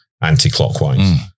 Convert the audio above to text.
anti-clockwise